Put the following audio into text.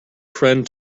friend